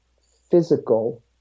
physical